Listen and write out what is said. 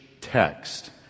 text